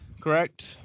correct